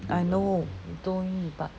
I know you told me but